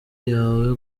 yawe